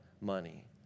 money